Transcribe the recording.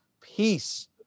peace